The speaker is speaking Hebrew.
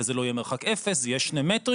וזה לא יהיה מרחק אפס זה יהיה שני מטרים,